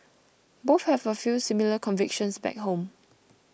both have a few similar convictions back home